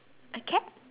a cat